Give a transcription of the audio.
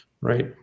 right